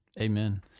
Amen